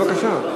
בבקשה.